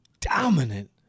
dominant